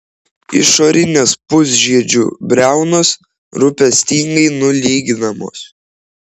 išorinės pusžiedžių briaunos rūpestingai nulyginamos